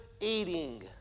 eating